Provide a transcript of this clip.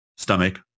stomach